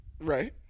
Right